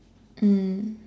mm